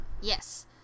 Yes